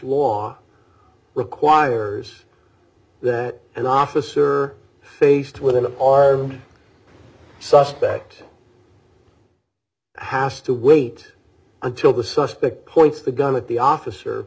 law requires that an officer faced with an armed suspect has to wait until the suspect points the gun at the officer